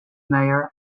mayor